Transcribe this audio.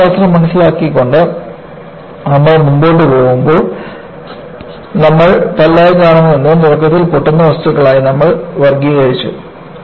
കുറച്ചുകൂടി ശാസ്ത്രം മനസിലാക്കിക്കൊണ്ട് നമ്മൾ മുന്നോട്ടു പോകുമ്പോൾ നമ്മൾ പല്ലായി കാണുന്നതെന്തും തുടക്കത്തിൽ പൊട്ടുന്ന വസ്തുക്കളായി നമ്മൾ വർഗ്ഗീകരിച്ചു